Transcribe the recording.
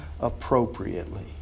appropriately